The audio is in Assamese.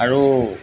আৰু